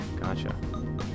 Gotcha